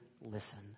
listen